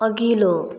अघिल्लो